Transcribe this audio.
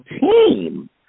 team